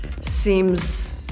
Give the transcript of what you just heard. seems